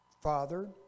Father